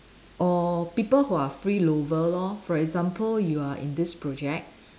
or people who are freeloader lor for example you are in this project